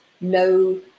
no